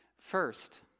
First